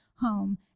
home